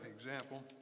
example